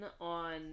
on